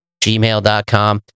gmail.com